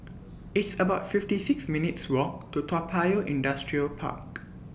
It's about fifty six minutes' Walk to Toa Payoh Industrial Park